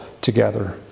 together